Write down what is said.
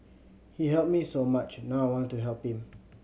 he helped me so much now I want to help him